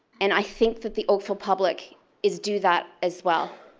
and i think that the oakville public is due that as well.